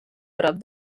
prop